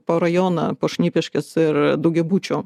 po rajoną po šnipiškes ir daugiabučio